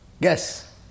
Guess